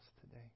today